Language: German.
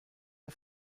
der